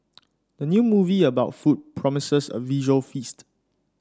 the new movie about food promises a visual feast